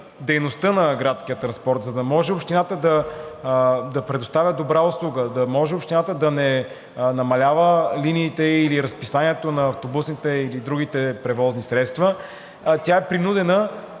дейността на градския транспорт, за да може общината да предоставя добра услуга, да може общината да не намалява линиите или разписанието на автобусните и другите превозни средства, тя е принудена